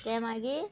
ते मागी